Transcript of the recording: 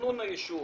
תכנון היישוב,